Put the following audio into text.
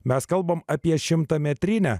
mes kalbame apie šimtametrinę